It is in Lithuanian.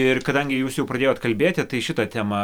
ir kadangi jūs jau pradėjot kalbėti tai šitą temą